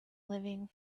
living